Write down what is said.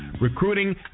recruiting